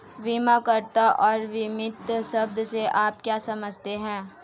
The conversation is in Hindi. बीमाकर्ता और बीमित शब्द से आप क्या समझते हैं?